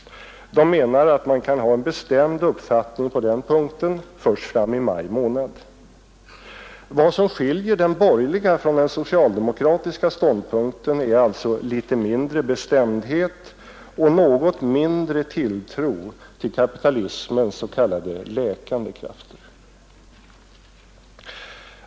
De menar att man kan ha en bestämd uppfattning på den punkten först fram i maj månad. Vad som skiljer den borgerliga från den socialdemokratiska ståndpunkten är alltså litet mindre bestämdhet och något mindre tilltro till kapitalismens s.k. läkande krafter.